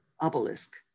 obelisk